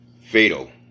Fatal